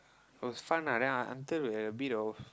it was fun ah then un~ until we had a bit of